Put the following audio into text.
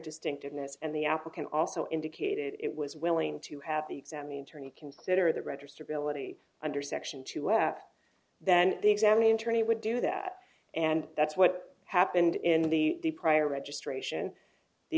distinctiveness and the applicant also indicated it was willing to have the exam eternity consider the register ability under section two s then the exam internee would do that and that's what happened in the prior registration the